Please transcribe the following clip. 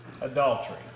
adultery